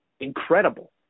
incredible